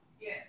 Yes